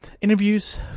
interviews